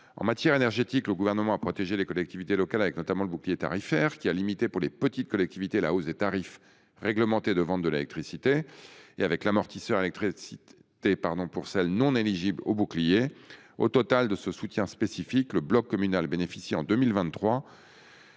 En matière énergétique, le Gouvernement a protégé les collectivités locales, notamment avec le bouclier tarifaire, qui a limité pour les petites collectivités la hausse des tarifs réglementés de vente de l'électricité, et avec l'amortisseur électricité pour celles qui ne sont pas éligibles au bouclier. Au-delà de ce soutien spécifique, le bloc communal bénéficie en 2023